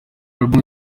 album